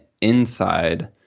inside